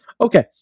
Okay